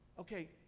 okay